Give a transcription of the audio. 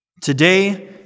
Today